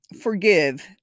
forgive